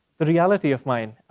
the reality of mine,